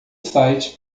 site